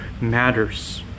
matters